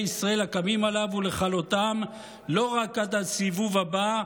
ישראל הקמים עליו ולכלותם לא רק עד הסיבוב הבא,